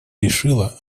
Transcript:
решила